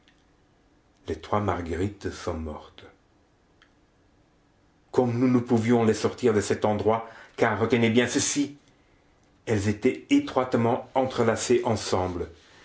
les trois marguerite sont mortes comme nous ne pouvions les sortir de cet endroit car retenez bien ceci elles étaient étroitement entrelacées ensemble